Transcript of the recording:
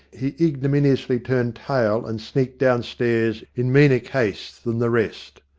he ignominiously turned tail and sneaked down stairs in meaner case than the rest.